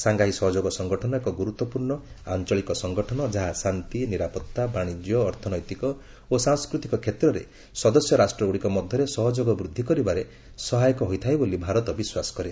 Shanghai ସହଯୋଗ ସଙ୍ଗଠନ ଏକ ଗୁରୁତ୍ୱପୂର୍ଣ୍ଣ ଆଞ୍ଚଳିକ ସଙ୍ଗଠନ ଯାହା ଶାନ୍ତି ନିରାପତ୍ତା ବାଣିଜ୍ୟ ଅର୍ଥନୈତିକ ଓ ସାଂସ୍କୃତିକ କ୍ଷେତ୍ରରେ ସଦସ୍ୟ ରାଷ୍ଟ୍ରଗୁଡ଼ିକ ମଧ୍ୟରେ ସହଯୋଗ ବୃଦ୍ଧି କରିବାରେ ସହାୟକ ହୋଇଥାଏ ବୋଲି ଭାରତ ବିଶ୍ୱାସ କରେ